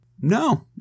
No